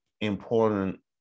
important